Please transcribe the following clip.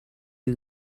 you